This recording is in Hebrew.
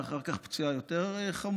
ואחר כך פציעה יותר חמורה,